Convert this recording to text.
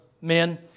men